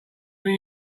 mean